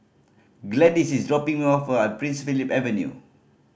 Gladyce is dropping me off Prince Philip Avenue